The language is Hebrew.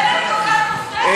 לכן אני כל כך מופתעת.